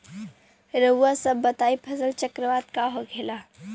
रउआ सभ बताई फसल चक्रवात का होखेला?